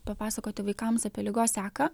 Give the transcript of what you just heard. papasakoti vaikams apie ligos seką